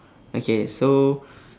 okay so